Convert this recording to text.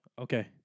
Okay